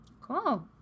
Cool